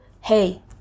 hey